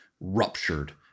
ruptured